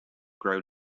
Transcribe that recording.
grow